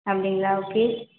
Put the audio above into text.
அப்படிங்களா ஓகே